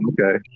Okay